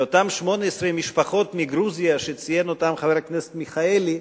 ואותן 18 משפחות מגרוזיה שציין אותן חבר הכנסת מיכאלי,